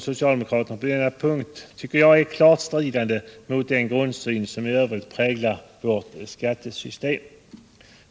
Socialdemokraternas krav på denna punkt strider, enligt min mening, klart mot den grundsyn som i övrigt präglar vårt skattesystem.